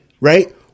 right